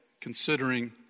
considering